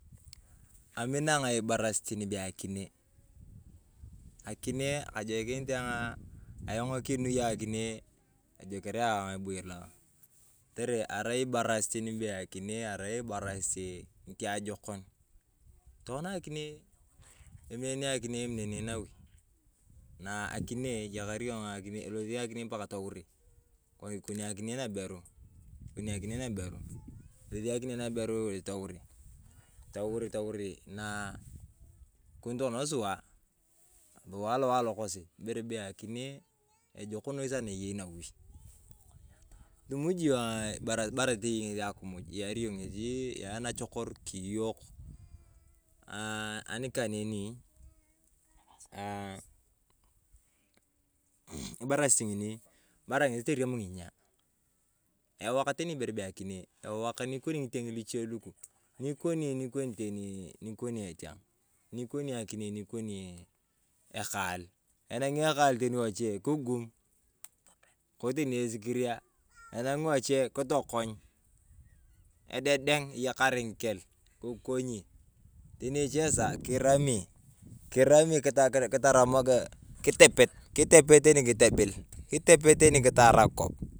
Amina ayong ibarasit ne bee akinee. Akinee ajokinit ayong aah ayong kiinu ayong akinee, ejoker ayong eboyer. Kotere arai ibarasit ni bee akinee, arai ibarasit niajokon. Tokona akinee, eminence akinee emenene hawi na akinee iyakar yong, elosi akinee pakaa touri ikoni akinee na aberu. Ilosit akinee aberu touri, touri touri na ikoni tokona sua, sua alokosi, ibere be akinee ejok nai eyeinawi, imuji yong baraa toyei ng’esi akimuj, iyaari yong ng’esi nachok kori kiyal naa ani kaneni. Aaah mmh ibarasit ng'oni, baraa ng’esi taany ng'inyaa. Iwaak tani ibere bee akinee, ewaak nyikoni ng'iteng luche luku. Nyikori nyikowi teni nyikoni echeng’ nyikoni akinee nyikoni ekaal. Enang’i ekaal teni wache kigum, kori teni esikiria enang’i wache kitokony. Ededeng eyakar ng’ikel, kikonyi. Teni eche saaa kirami kirami kirami kitopet, kitopet tee topil, kitopete kitarau.